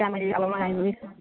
राम्ररी अब मलाई